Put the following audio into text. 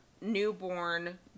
newborn